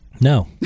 No